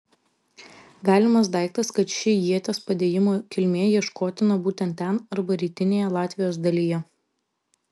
galimas daiktas kad ši ieties padėjimo kilmė ieškotina būtent ten arba rytinėje latvijos dalyje